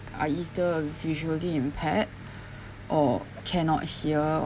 are either visually impaired or cannot hear